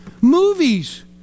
Movies